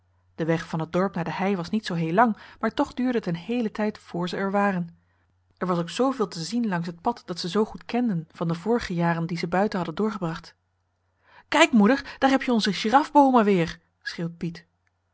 de weg van het dorp naar de hei was niet zoo heel lang maar toch duurde het een heele tijd vr ze er waren er was ook zoo veel te zien langs het pad dat ze zoo goed kenden van de vorige jaren die ze buiten hadden doorgebracht kijk moeder daar heb je onze girafboomen weer schreeuwt piet